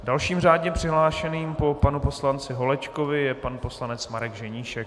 Dalším řádně přihlášeným po panu poslanci Holečkovi je pan poslanec Marek Ženíšek.